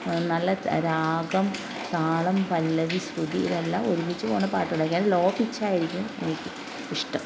നല്ല രാഗം താളം പല്ലവി ശ്രുതി ഇതെല്ലാം ഒരുമിച്ച് പോകണ പാട്ട് പഠിക്കാൻ ലോ പിച്ചായിരിക്കും എനിക്ക് ഇഷ്ടം